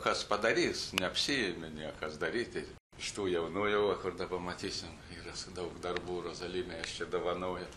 kas padarys neapsiėmė niekas daryti iš tų jaunų jau kur dabar matysim yra daug darbų rozalime aš čia dovanojau